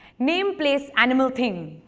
name, place, animal, thing.